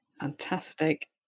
Fantastic